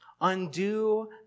undo